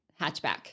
hatchback